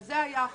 על זה היה החוק.